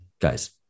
guys